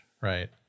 right